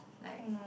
like